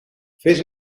fes